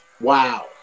Wow